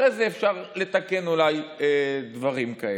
אחרי זה אפשר אולי לתקן דברים כאלה.